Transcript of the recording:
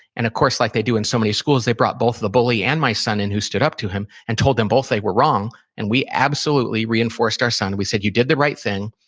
and of course, like they do in so many schools, they brought both the bully and my son in, who stood up to him, and told them both they were wrong and we absolutely reinforced our son. we said, you did the right thing.